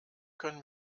können